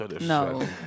No